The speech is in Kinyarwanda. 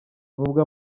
nubwo